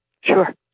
Sure